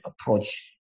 approach